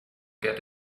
get